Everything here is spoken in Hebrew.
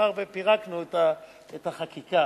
מאחר שפירקנו את החקיקה.